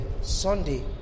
Sunday